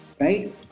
right